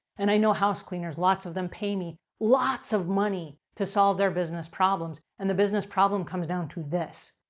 and i know house cleaners, lots of them pay me lots of money to solve their business problems. and the business problem comes down to this.